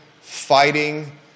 fighting